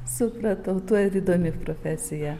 supratau tuo ir įdomi profesija